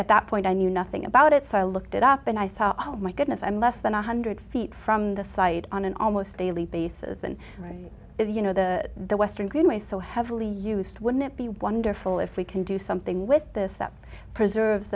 at that point i knew nothing about it so i looked it up and i saw oh my goodness i'm less than one hundred feet from the site on an almost daily basis and the you know the the western greenway so heavily used wouldn't it be wonderful if we can do something with this that preserves